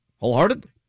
wholeheartedly